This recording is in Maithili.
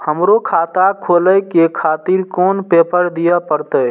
हमरो खाता खोले के खातिर कोन पेपर दीये परतें?